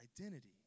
Identity